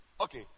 Okay